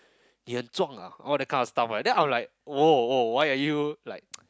你很壮 ah all that kind of stuff right then I'm like !woah! !woah! why are you like